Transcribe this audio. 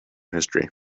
history